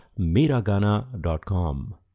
Miragana.com